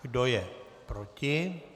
Kdo je proti?